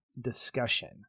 discussion